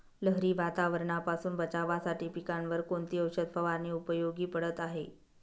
लहरी वातावरणापासून बचावासाठी पिकांवर कोणती औषध फवारणी उपयोगी पडत आहे?